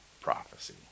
prophecy